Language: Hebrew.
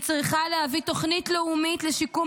היא צריכה להביא תוכנית לאומית לשיקום